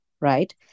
right